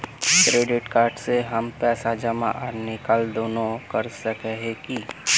Credit card से हम पैसा जमा आर निकाल दोनों कर सके हिये की?